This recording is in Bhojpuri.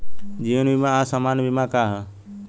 जीवन बीमा आ सामान्य बीमा का ह?